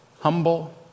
humble